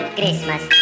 Christmas